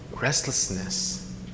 restlessness